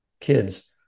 kids